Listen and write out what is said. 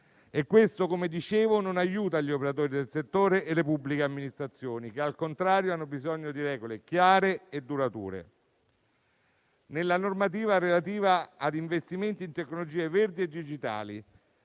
e questo, come dicevo, non aiuta gli operatori del settore e le pubbliche amministrazioni che, al contrario, hanno bisogno di regole chiare e durature. Si interviene altresì nella normativa relativa ad investimenti in tecnologie verdi e digitali.